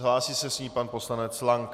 Hlásí se s ní pan poslanec Lank.